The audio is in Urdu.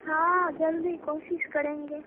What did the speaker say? ہاں جلدی کوشش کریں گے